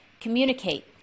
Communicate